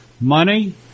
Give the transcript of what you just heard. money